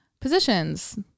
positions